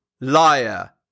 liar